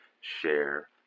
share